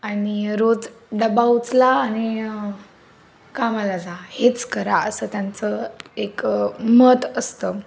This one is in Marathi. आणि रोज डबा उचला आणि कामाला जा हेच करा असं त्यांचं एक मत असतं